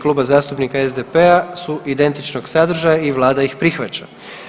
Klub zastupnika SDP-a su identičnog sadržaja i vlada ih prihvaća.